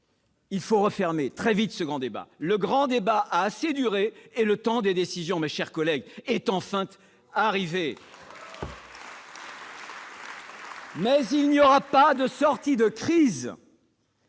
Il faut refermer très vite ce grand débat : le grand débat a assez duré, et le temps des décisions est enfin arrivé. Mais il n'y aura pas de sortie de crise